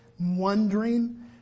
wondering